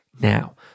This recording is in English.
now